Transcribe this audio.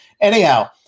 anyhow